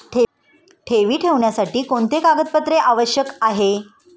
ठेवी ठेवण्यासाठी कोणते कागदपत्रे आवश्यक आहे?